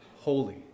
holy